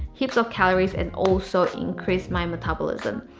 heaps of calories, and also increase my metabolism.